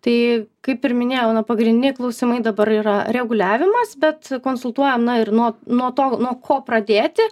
tai kaip ir minėjau pagrindiniai klausimai dabar yra reguliavimas bet konsultuojam na ir nuo nuo to nuo ko pradėti